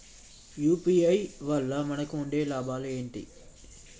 UPI వల్ల మనకు ఉండే లాభాలు ఏంటి?